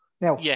Now